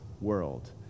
world